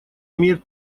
имеет